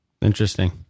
Interesting